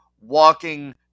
walking